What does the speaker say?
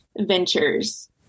ventures